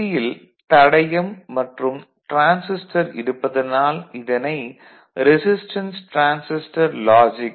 யில் தடையம் மற்றும் டிரான்சிஸ்டர் இருப்பதனால் இதனை ரெசிஸ்டன்ஸ் டிரான்சிஸ்டர் லாஜிக் ஆர்